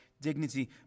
dignity